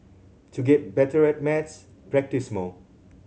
to get better at maths practise more